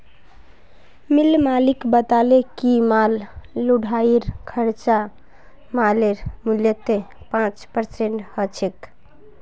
मिल मालिक बताले कि माल ढुलाईर खर्चा मालेर मूल्यत पाँच परसेंट ह छेक